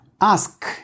Ask